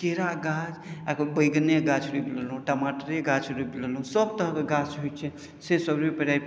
केरा गाछ या बैगने गाछ रोपि लेलहुँ टमाटरे गाछ रोपि लेलहुँ सभ तरहके गाछ होइत छै सेसभ रोपि रापि